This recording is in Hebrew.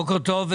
בוקר טוב.